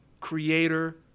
creator